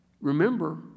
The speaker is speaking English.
Remember